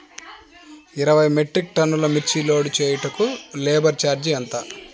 ఇరవై మెట్రిక్ టన్నులు మిర్చి లోడ్ చేయుటకు లేబర్ ఛార్జ్ ఎంత?